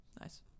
Nice